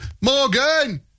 Morgan